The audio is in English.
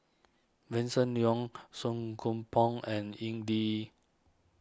Vincent Leow Song Koon Poh and Ying Ding